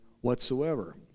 whatsoever